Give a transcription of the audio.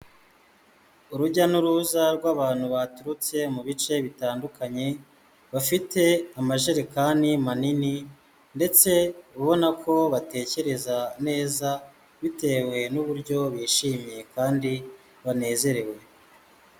Urujya n'uruza rw'abantu baturutse mu bice bitandukanye, bafite amajerekani manini ndetse ubona ko batekereza neza, bitewe n'uburyo bishimye kandi banezerewe.